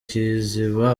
kiziba